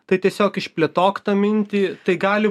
tai tiesiog išplėtok tą mintį tai gali